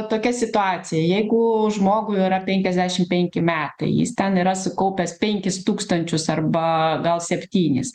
tokia situacija jeigu žmogui yra penkiasdešim penki metai jis ten yra sukaupęs penkis tūkstančius arba gal septynis